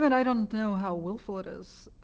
and i don't know how willful it is,